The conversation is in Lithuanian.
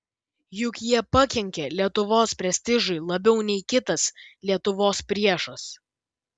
juk jie pakenkė lietuvos prestižui labiau nei kitas lietuvos priešas